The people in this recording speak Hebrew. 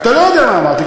אתה לא יודע מה אמרתי.